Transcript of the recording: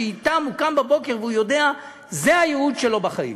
שאתם הוא קם בבוקר והוא יודע שזה הייעוד שלו בחיים,